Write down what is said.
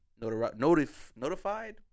notified